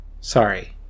Sorry